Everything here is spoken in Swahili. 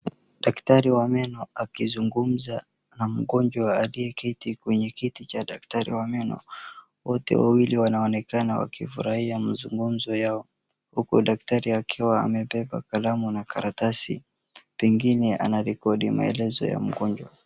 Daktari wa meno akizungumza na mgonjwa aliyeketi kwenye kiti cha daktari wa meno. Wote wawili wanaonekana wakifurahia mzungumzo yao huku daktari akiwa amebeba kalamu na karatasi. Pengine anarekodi maelezo ya mgonjwa.